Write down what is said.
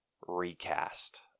recast